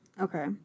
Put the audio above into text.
Okay